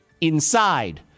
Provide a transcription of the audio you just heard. inside